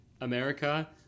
america